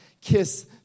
kiss